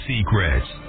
Secrets